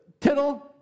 tittle